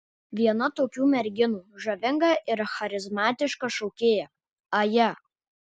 viena tokių merginų žavinga ir charizmatiška šokėja aja